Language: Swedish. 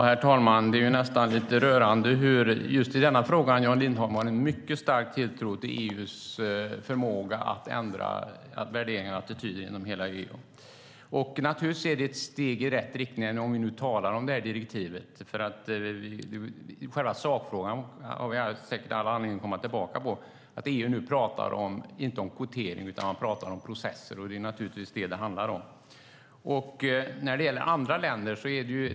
Herr talman! Det är nästan lite rörande hur just i denna fråga Jan Lindholm har en mycket stark tilltro till EU:s förmåga att ändra värderingar och attityder inom hela EU. Naturligtvis är det ett steg i rätt riktning när vi talar om direktivet. Själva sakfrågan har vi säkert all anledning att komma tillbaka till. EU talar inte om kvotering utan om processer. Det är naturligtvis vad det handlar om. Sedan var det frågan om andra länder.